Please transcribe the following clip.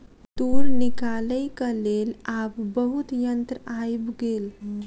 तूर निकालैक लेल आब बहुत यंत्र आइब गेल